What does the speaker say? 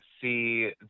see